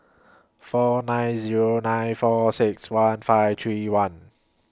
four nine Zero nine four six one five three one